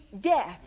death